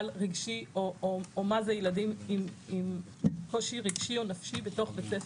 רגשי או מה זה ילדים עם קושי רגשי או נפשי בתוך בית ספר.